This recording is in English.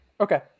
Okay